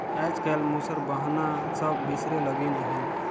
आएज काएल मूसर बहना सब बिसरे लगिन अहे